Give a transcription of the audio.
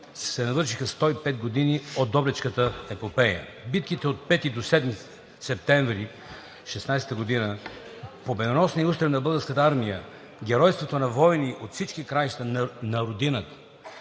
се навършиха 105 години от Добричката епопея. Битките от 5 до 7 септември 1916 г., победоносният устрем на Българската армия, геройството на воѝни от всички краища на Родината,